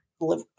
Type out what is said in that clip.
live